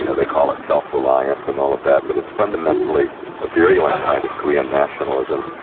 you know they call it self-reliance and all of that, but it's fundamentally a virulent kind of korean nationalism,